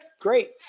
great